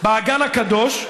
באגן הקדוש,